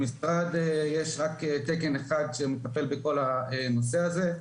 במשרד יש רק תקן אחד שמטפל בכל הנושא הזה.